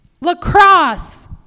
lacrosse